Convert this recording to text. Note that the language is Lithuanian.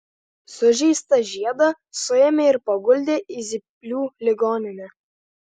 sužeistą žiedą suėmė ir paguldė į zyplių ligoninę